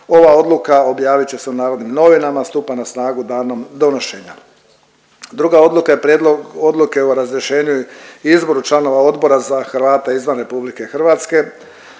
Ova odluka objavit će se u Narodnim novinama, stupa na snagu danom donošenja. Druga odluka je Prijedlog odluke o razrješenju i izboru članova Odbora za Hrvate izvan Republike Hrvatske